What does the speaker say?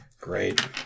Great